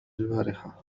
البارحة